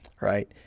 right